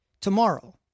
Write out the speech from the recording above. tomorrow